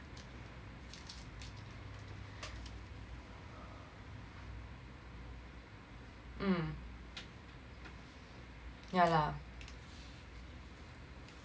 you either either um yeah lah